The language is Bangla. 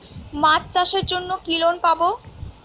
মাছ চাষের জন্য কি লোন পাব?